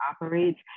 operates